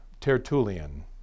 Tertullian